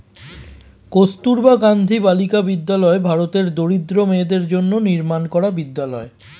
কস্তুরবা গান্ধী বালিকা বিদ্যালয় ভারতের দরিদ্র মেয়েদের জন্য নির্মাণ করা বিদ্যালয়